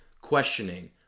questioning